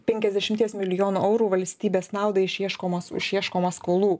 penkiasdešimties milijonų eurų valstybės naudai išieškomos išieškoma skolų